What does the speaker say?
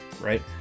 right